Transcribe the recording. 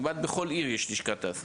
כמעט בכל עיר יש לשכת תעסוקה.